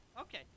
Okay